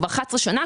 כבר 11 שנה,